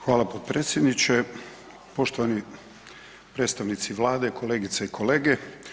Hvala potpredsjedniče, poštovani predstavnici vlade, kolegice i kolege.